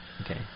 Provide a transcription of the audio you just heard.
Okay